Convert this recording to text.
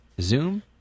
zoom